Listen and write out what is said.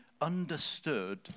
understood